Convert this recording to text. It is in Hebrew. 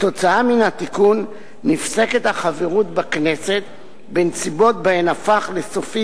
עקב התיקון נפסקת החברות בכנסת בנסיבות שבהן הפך לסופי